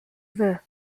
veut